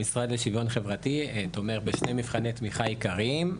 המשרד לשוויון חברתי תומך בשני מבחני תמיכה עיקריים,